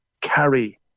carry